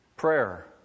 Prayer